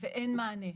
ואין מענה.